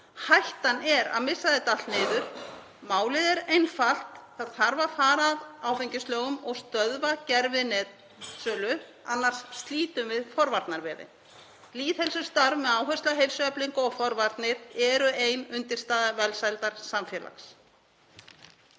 Hættan er að missa þetta allt niður. Málið er einfalt. Það þarf að fara að áfengislögum og stöðva gervinetsölu, annars slítum við forvarnavefinn. Lýðheilsustarf með áherslu á heilsueflingu og forvarnir eru ein undirstaða velsældarsamfélags.